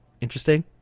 interesting